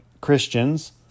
Christians